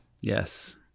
Yes